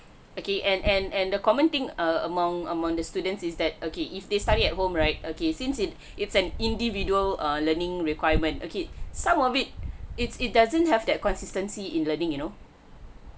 okay and and and the common thing err among among the students is that okay if this study at home right okay since it's it's an individual err learning requirement okay some of it it's it doesn't have that consistency in learning you know